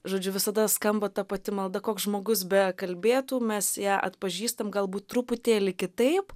žodžiu visada skamba ta pati malda koks žmogus bekalbėtų mes ją atpažįstam galbūt truputėlį kitaip